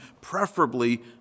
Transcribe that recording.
preferably